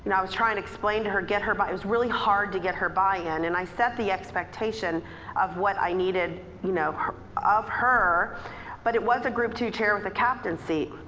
and i was trying to explain to her, get her, but it was really hard to get her buy-in. and i set the expectation of what i needed you know of her but it was group two chair with a captain seat.